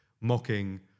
mocking